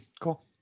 Cool